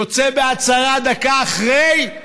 יוצא בהצהרה דקה אחרי: